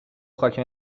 خاک